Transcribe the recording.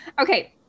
Okay